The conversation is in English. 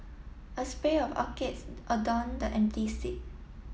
a spell of orchids adorned the empty seat